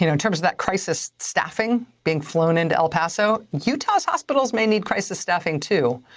you know in terms of that crisis staffing being flown into el paso, utah's hospitals may need crisis staffing too.